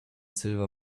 silver